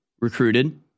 recruited